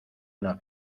una